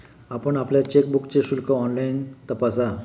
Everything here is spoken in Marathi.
आपण आपल्या चेकबुकचे शुल्क ऑनलाइन तपासा